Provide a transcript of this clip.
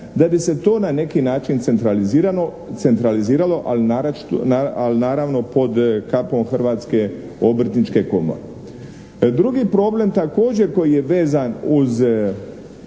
da bi se to na neki način centraliziralo ali naravno pod kapom Hrvatske obrtničke komore. Drugi problem također koji je vezan uz